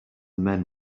men